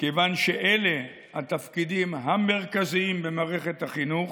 מכיוון שאלה התפקידים המרכזיים במערכת החינוך,